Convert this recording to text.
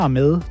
med